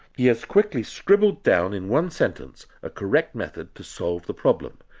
he has quickly scribbled down in one sentence a correct method to solve the problem,